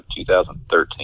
2013